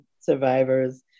survivors